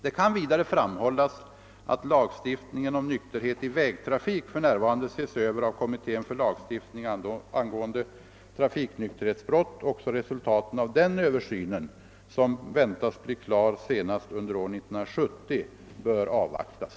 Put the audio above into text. Det kan vidare framhållas att lagstiftningen om nykterhet i vägtrafik för närvarande ses över av kommittén angående trafiknykterhetsbrott. Också resultaten av denna översyn, som väntas bli klar senast under år 1970, bör avvaktas.